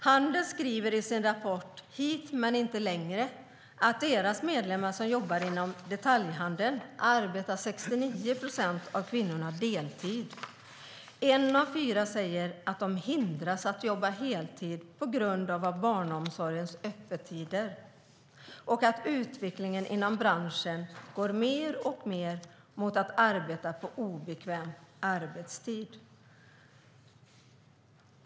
Handels skriver i sin rapport Hit men inte längre? att av de medlemmar som jobbar i detaljhandeln arbetar 69 procent av kvinnorna deltid. En av fyra säger att de hindras att jobba heltid på grund av barnomsorgens öppettider och att utvecklingen inom branschen mer och mer går mot att arbeta på obekväm arbetstid.